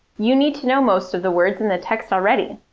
you need to know most of the words in the text already.